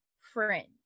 friend